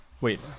wait